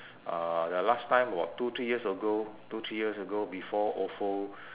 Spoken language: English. uh the last time about two three years ago two three years ago before ofo